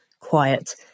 quiet